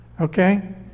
Okay